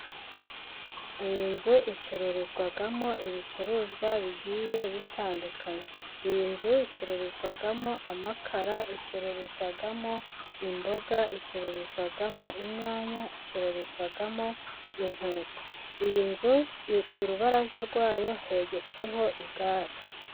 Iyi nzu icururizwamo ibicuruzwa bigiye bitandukanye, iyi nzu icururizwamo amakara, icururizwamo imboga, icururizwamo inyanya icururizwamo inkweto, iyi nzu k'urubaraza rwayo hegetseho igare.